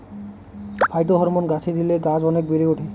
phytohormone গাছে দিলে গাছ অনেক বেড়ে ওঠে